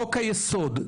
חוק היסוד,